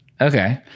Okay